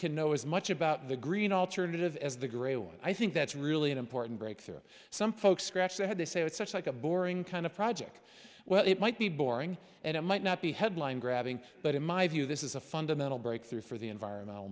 can know as much about the green alternative as the great one i think that's really an important breakthrough some folks scratch their head they say oh it's such like a boring kind of project well it might be boring and it might not be headline grabbing but in my view this is a fundamental breakthrough for the environmental